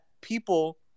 people